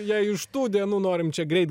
ją iš tų dienų norim čia greit